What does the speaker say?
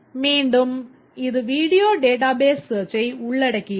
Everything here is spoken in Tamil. மீண்டும் இது வீடியோ database search ஐ உள்ளடக்கியது